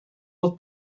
dat